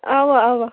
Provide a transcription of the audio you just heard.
اوا اوا